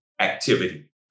activity